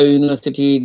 University